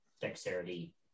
dexterity